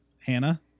Hannah